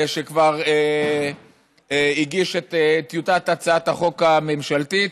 שכבר הגיש את טיוטת הצעת החוק הממשלתית,